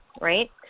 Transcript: right